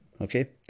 okay